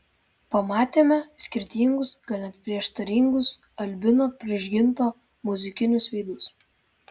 pamatėme skirtingus gal net prieštaringus albino prižginto muzikinius veidus